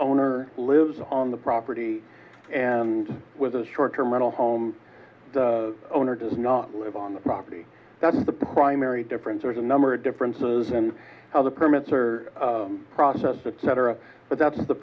owner lives on the property and was a short term rental home owner does not live on the property that's the primary difference there is a number of differences in how the permits are processed cetera but that's the